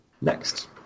Next